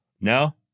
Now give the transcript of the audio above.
No